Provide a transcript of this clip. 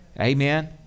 amen